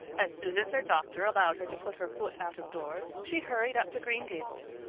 as soon as her doctor allowed her to put her foot out-of-doors she hurried up to green gables,